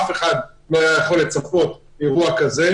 אף אחד לא יכול היה לצפות לאירוע כזה,